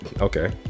Okay